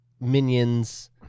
minions